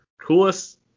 coolest